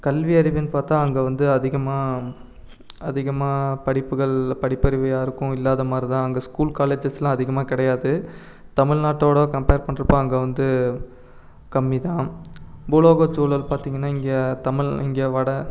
கல்வி அறிவுனு பார்த்தா அங்கே வந்து அதிகமாக அதிகமாக படிப்புகள் படிப்பறிவு யாருக்கும் இல்லாதமாதிரி தான் அங்க ஸ்கூல் காலேஜ்ஜஸெல்லாம் அதிகமாக கிடையாது தமிழ்நாட்டோடு கம்பேர் பண்ணுறப்ப அங்கே வந்து கம்மி தான் பூலோகச்சூழல் பார்த்தீங்கன்னா இங்கே தமிழ் இங்கே வட